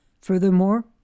furthermore